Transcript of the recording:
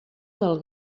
del